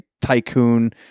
tycoon